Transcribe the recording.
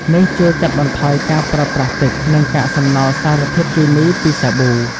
នេះជួយកាត់បន្ថយការប្រើប្រាស់ទឹក និងកាកសំណល់សារធាតុគីមីពីសាប៊ូ។